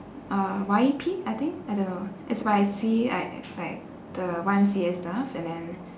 uh Y_P I think I don't know it's by like if like the Y_M_C_A stuff and then